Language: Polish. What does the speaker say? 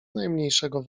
najmniejszego